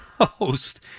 host